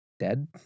dead